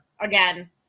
again